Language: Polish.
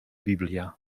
biblia